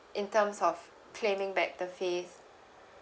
in terms of claiming back the fees